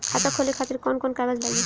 खाता खोले खातिर कौन कौन कागज लागी?